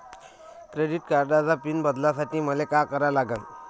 Credit कार्डाचा PIN बदलासाठी मले का करा लागन?